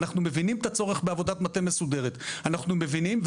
אנחנו מבינים את הצורך בעבודת מטה מסודרת,